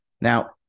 Now